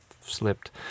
slipped